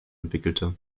entwickelte